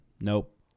nope